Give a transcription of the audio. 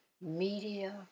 media